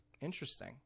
Interesting